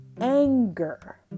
anger